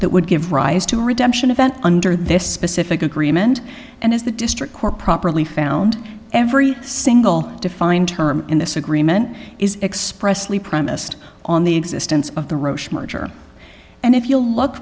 that would give rise to a redemption event under this specific agreement and as the district court properly found every single defined term in this agreement is expressly premised on the existence of the roche merger and if you'll look